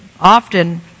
often